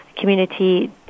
community